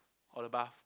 or the bath